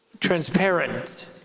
Transparent